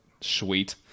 sweet